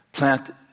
plant